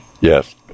yes